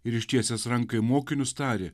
ir ištiesęs ranką mokinius tarė